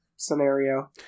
scenario